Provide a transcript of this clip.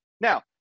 now